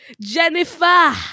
jennifer